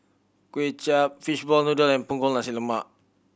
Kuay Chap fish ball noodle and Punggol Nasi Lemak